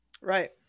Right